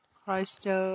Christo